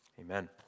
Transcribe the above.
Amen